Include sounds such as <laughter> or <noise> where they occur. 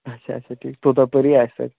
اچھا اچھا ٹھیٖک تہٕ تَپٲری آسہِ <unintelligible>